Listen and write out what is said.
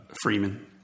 Freeman